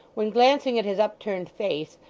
when, glancing at his upturned face,